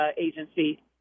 agency